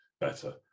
better